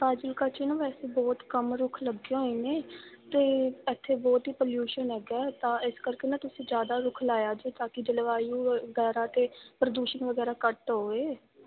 ਫਾਜ਼ਿਲਕਾ 'ਚ ਨਾ ਵੈਸੇ ਬਹੁਤ ਕਮ ਰੁੱਖ ਲੱਗੇ ਹੋਏ ਨੇ ਅਤੇ ਇੱਥੇ ਬਹੁਤ ਹੀ ਪਲਿਊਸ਼ਨ ਹੈਗਾ ਤਾਂ ਇਸ ਕਰਕੇ ਨਾ ਤੁਸੀਂ ਜ਼ਿਆਦਾ ਰੁੱਖ ਲਾਇਓ ਜੇ ਤਾਂਕਿ ਜਲਵਾਯੂ ਵਗੈਰਾ ਅਤੇ ਪ੍ਰਦੂਸ਼ਣ ਵਗੈਰਾ ਘੱਟ ਹੋਵੇ